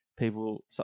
People